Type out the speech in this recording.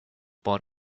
but